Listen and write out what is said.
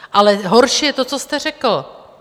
Ale horší je to, co jste, řekl.